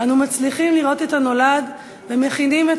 אנו מצליחים לראות את הנולד ומכינים את